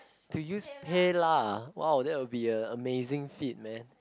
to use paylah !wow! that will be amazing feat leh